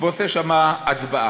ועושה שם הצבעה,